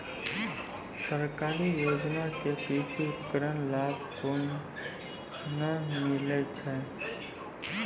सरकारी योजना के कृषि उपकरण लाभ केना मिलै छै?